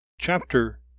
Chapter